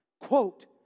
quote